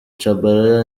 tchabalala